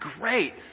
great